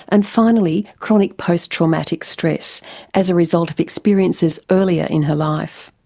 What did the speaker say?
and finally chronic post-traumatic stress as a result of experiences earlier in her life.